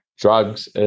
drugs